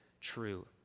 true